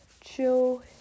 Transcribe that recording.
chill